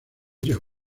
llegó